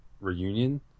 reunion